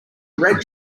red